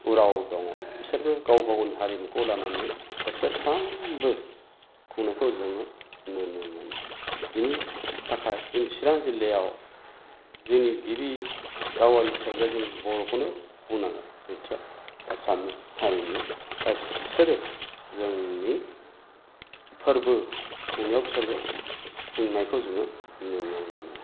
उराव दङ बिसोरबो गाव गावनि हारिमुखौ लानानै बोसोरफ्रामबो खुंनायखौ जोङो नुनो मोनो बिनि थाखाय जोंनि चिरां जिल्लायाव जोंनि गिबि रावारि हिसाबैबा जोङो बर'खौनो बुंनांगोन नैथियाव एसामिस हारीनि दा बिसोरो जोंनि फोर्बो खुंनायाव बिसोरबो खुंनायखौ जोङो नुनो मोनो